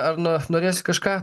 ar no norėsi kažką